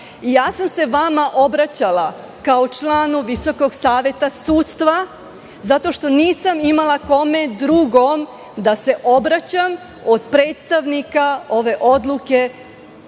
ja sam se vama obraćala kao članu Visokog saveta sudstva zato što nisam imala kome drugom da se obraćam od predstavnika ove odluke